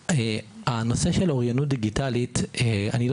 בנושא של אוריינות דיגיטלית לדעתי,